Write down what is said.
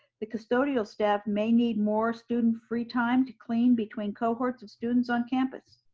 the custodial staff may need more student-free time to clean between cohorts of students on campus.